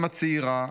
אימא צעירה,